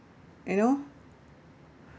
you know